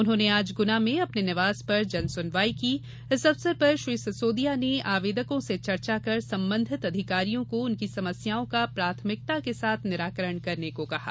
उन्होंने आज गुना में अपने निवास पर जनसुनवाई की इस अवसर पर श्री सिसोदिया ने आवेदकों से चर्चा कर संबंधित अधिकारियों को उनकी समस्याओं का प्राथमिकता के साथ निराकरण करने को कहा है